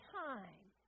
time